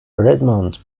redmond